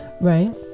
right